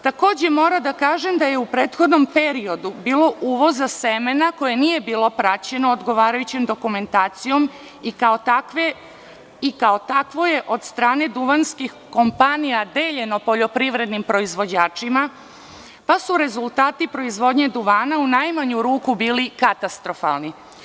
Takođe, moram da kažem da je u prethodnom periodu bilo uvoza semena koje nije bilo praćeno odgovarajućom dokumentacijom i kao takvoj je od strane duvanskih kompanija deljeno poljoprivrednim proizvođačima pa su rezultati proizvodnje duvana u najmanju ruku bili katastrofalni.